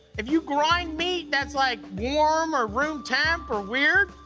if you grind meat that's like warm or room temp or weird,